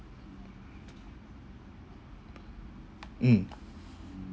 mm